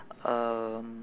um